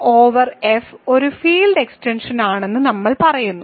K over F ഒരു field extension ആണെന്ന് നമ്മൾ പറയുന്നു